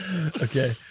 okay